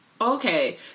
okay